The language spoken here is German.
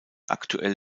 aktuell